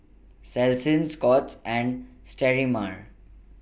Selsun Scott's and Sterimar